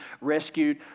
rescued